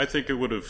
i think it would have